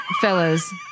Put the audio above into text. fellas